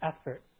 effort